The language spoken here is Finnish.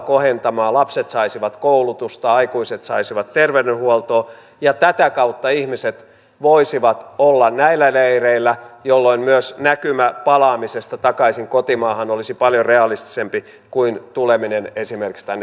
lapset saisivat koulutusta aikuiset saisivat terveydenhuoltoa ja tätä kautta ihmiset voisivat olla näillä leireillä jolloin myös näkymä palaamisesta takaisin kotimaahan olisi paljon realistisempi kuin tuleminen esimerkiksi tänne pohjoiseen